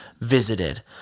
visited